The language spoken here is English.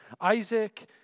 Isaac